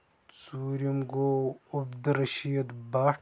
ژوٗرِم گوٚوعبدُلارٔشیٖد بٹ